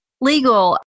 legal